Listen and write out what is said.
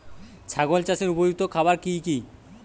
ছাগল চাষের উপযুক্ত খাবার কি কি?